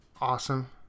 Awesome